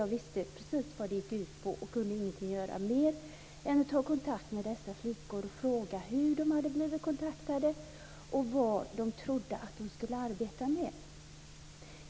Jag visste precis vad det gick ut på och kunde ingenting göra mer än att ta kontakt med dessa flickor och fråga hur de blivit kontaktade och vad de trodde att de skulle arbeta med.